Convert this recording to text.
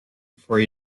before